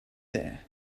there